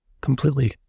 completely